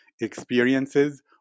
experiences